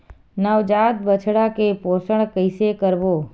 नवजात बछड़ा के पोषण कइसे करबो?